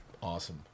awesome